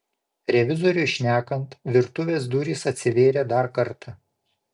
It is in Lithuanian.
revizoriui šnekant virtuvės durys atsivėrė dar kartą